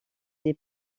des